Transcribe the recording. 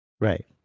Right